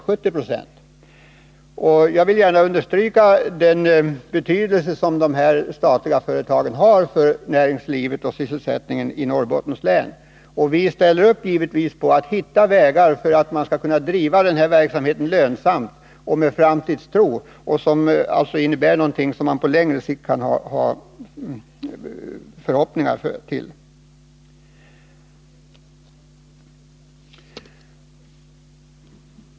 Jag vill gärna understryka den betydelse som de här statliga företagen har för näringslivet och sysselsättningen i Norrbottens län. Vi ställer givetvis upp på att försöka hitta vägar för att kunna bedriva verksamheten på ett lönsamt sätt och med framtidstro, så att man på längre sikt kan hysa förhoppningar om en stabil utveckling och god sysselsättning.